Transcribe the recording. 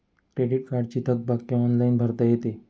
credit कार्डची थकबाकी online भरता येते